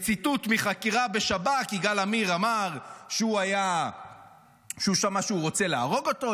בציטוט מחקירה בשב"כ יגאל עמיר אמר שהוא שמע שהוא רוצה להרוג אותו,